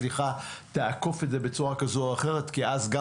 סליחה תעקוף את זה בצורה כזאת או אחרת כי אז גם